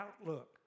outlook